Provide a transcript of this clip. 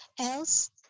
Else